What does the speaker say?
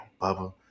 Bubba